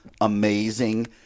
amazing